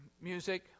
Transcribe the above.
music